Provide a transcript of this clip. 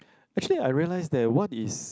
actually I realise that what is